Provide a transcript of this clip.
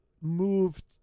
moved